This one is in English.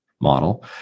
model